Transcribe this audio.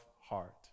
heart